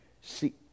See